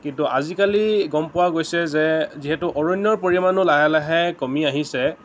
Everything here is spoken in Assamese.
কিন্তু আজিকালি গম পোৱা গৈছে যে যিহেতু অৰণ্যৰ পৰিমাণো লাহে লাহে কমি আহিছে